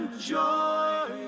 Joy